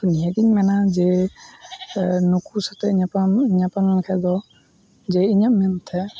ᱱᱤᱦᱟᱹᱛ ᱤᱧ ᱢᱮᱱᱟ ᱡᱮ ᱱᱩᱠᱩ ᱥᱟᱛᱮ ᱧᱟᱯᱟᱢ ᱧᱟᱯᱟᱢ ᱞᱮᱱᱠᱷᱟᱱ ᱫᱚ ᱡᱮ ᱤᱧᱟᱹᱜ ᱢᱮᱱᱛᱮ